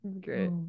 Great